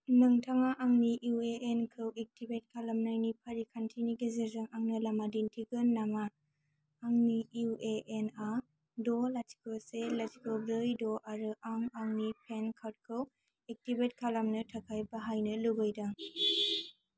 नोंथाङा आंनि इउएएनखौ एक्टिभेट खालामनायनि फारिखान्थिनि गेजेरजों आंनो लामा दिन्थिगोन नामा आंनि इउएएनआ द' लाथिख' से लाथिख' ब्रै द' आरो आं आंनि पेन कार्डखौ एक्टिभेट खालामनो थाखाय बाहायनो लुबैदों